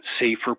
safer